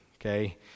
okay